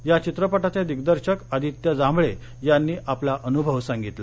या चित्रपटाचे दिग्दर्शक आदित्य जांभळे यांनी आपला अनुभव सांगितला